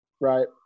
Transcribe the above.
right